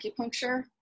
acupuncture